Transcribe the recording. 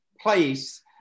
place